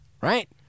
Right